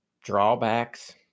drawbacks